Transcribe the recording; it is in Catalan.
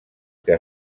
que